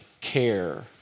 care